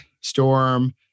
storm